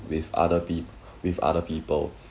with other peop~ with other people